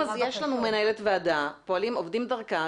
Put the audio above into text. יש לנו מנהלת ועדה, עובדים דרכה.